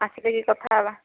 ଆସିକିରି କଥା ହେବା